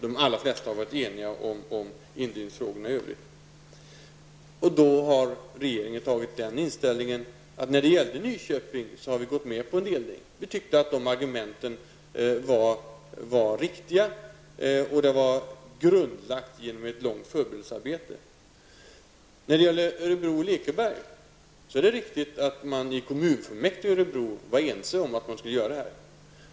De allra flesta har varit eniga om indelningsfrågorna i övrigt. När det gäller Nyköping har regeringen gått med på en delning. Regeringen tyckte att argumenten var riktiga och att det hela var grundlagt genom ett långt förberedelsearbete. När det gäller Örebro och Lekeberg är det riktigt att man i kommunfullmäktige var ense i frågan.